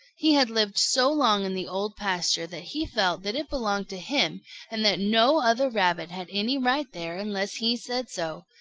he had lived so long in the old pasture that he felt that it belonged to him and that no other rabbit had any right there unless he said so.